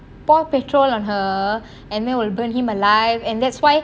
pour petrol on her and then will burn him alive and that's why